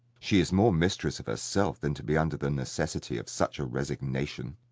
she is more mistress of herself than to be under the necessity of such a resignation.